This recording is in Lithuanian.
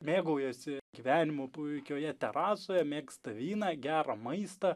mėgaujasi gyvenimu puikioje terasoje mėgsta vyną gerą maistą